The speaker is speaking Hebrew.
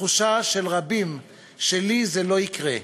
התחושה של רבים של "לי זה לא יקרה",